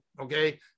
Okay